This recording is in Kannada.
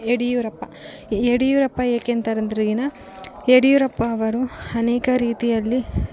ಯಡಿಯೂರಪ್ಪ ಯಡಿಯೂರಪ್ಪ ಏಕೆಂತರ್ ಅಂದರೆ ಏನು ಯಡಿಯೂರಪ್ಪ ಅವರು ಅನೇಕ ರೀತಿಯಲ್ಲಿ